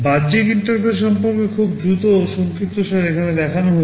বাহ্যিক ইন্টারফেস সম্পর্কে খুব দ্রুত সংক্ষিপ্তসার এখানে দেখানো হয়েছে